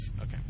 Okay